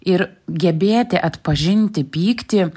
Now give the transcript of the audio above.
ir gebėti atpažinti pyktį